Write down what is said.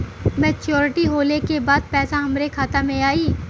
Maturity होले के बाद पैसा हमरे खाता में आई?